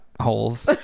holes